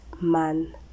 man